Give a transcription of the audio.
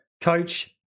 coach